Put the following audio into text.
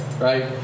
right